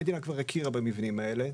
המדינה כבר הכירה במבנים האלה,